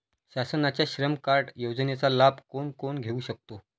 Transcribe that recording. शासनाच्या श्रम कार्ड योजनेचा लाभ कोण कोण घेऊ शकतो?